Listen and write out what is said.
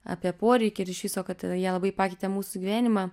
apie poreikį ir iš viso kad jie labai pakeitė mūsų gyvenimą